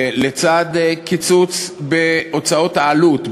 לצד קיצוץ בהוצאות העלות,